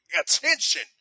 attention